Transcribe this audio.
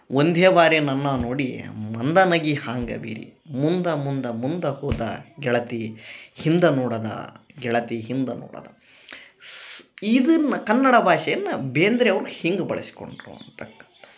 ಒಂಧೇ ಬಾರಿ ನನ್ನ ನೋಡಿ ಮಂದ ನೆಗಿ ಹಾಂಗ ಬೀರಿ ಮುಂದ ಮುಂದ ಮುಂದ ಹೋದ ಗೆಳತಿ ಹಿಂದ ನೋಡದ ಗೆಳತಿ ಹಿಂದ ನೋಡದ ಸ್ ಇದನ್ನ ಕನ್ನಡ ಭಾಷೆಯನ್ನ ಬೇಂದ್ರೆ ಅವರು ಹಿಂಗೆ ಬಳಶ್ಕೊಂಡರು ಅಂತಕ್ಕಂಥದ್ದು